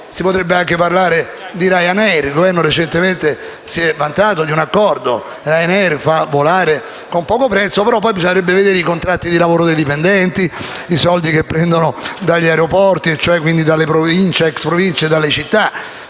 Si potrebbe anche parlare di Ryanair. Il Governo recentemente si è vantato di un accordo con Ryanair che fa volare a poco prezzo però poi bisognerebbe conoscere i contratti di lavoro dei dipendenti, i soldi che prendono dagli aeroporti, cioè dalle ex Province e dalle città.